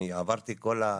אני עברתי את כל המלחמות,